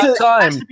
time